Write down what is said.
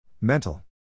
Mental